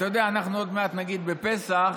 אתה יודע, אנחנו עוד מעט נגיד, בפסח,